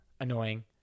annoying